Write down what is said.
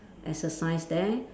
exercise there